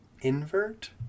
invert